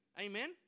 Amen